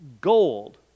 Gold